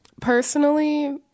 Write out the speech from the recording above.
Personally